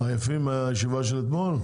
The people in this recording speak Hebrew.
עייפים מהישיבה של אתמול?